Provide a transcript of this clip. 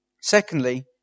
Secondly